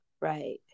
Right